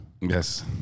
Yes